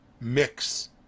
Mix